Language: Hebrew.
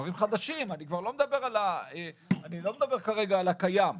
דברים חדשים, אני מדבר כרגע על הקיים.